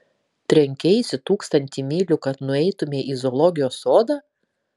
trenkeisi tūkstantį mylių kad nueitumei į zoologijos sodą